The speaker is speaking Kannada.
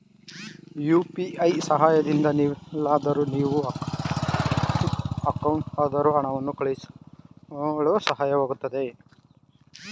ಯು.ಪಿ.ಐ ಸಹಾಯದಿಂದ ನೀವೆಲ್ಲಾದರೂ ನೀವು ಅಕೌಂಟ್ಗಾದರೂ ಹಣವನ್ನು ಕಳುಹಿಸಳು ಸಹಾಯಕವಾಗಿದೆ